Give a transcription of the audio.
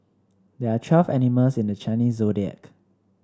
there are twelve animals in the Chinese Zodiac